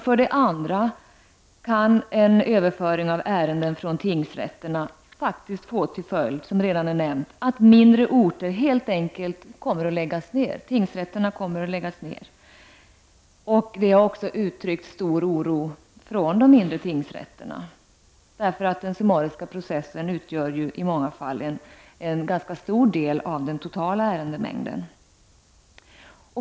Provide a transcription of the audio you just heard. För det andra kan en överföring av ärenden från tingsrätterna faktiskt, som redan är nämnt, få till följd att tingsrätterna i mindre orter helt enkelt kommer att läggas ned. Det har också uttryckts stor oro från de mindre tingsrätterna, eftersom den summariska processen i många fall utgör en ganska stor del av den totala ärendemängden.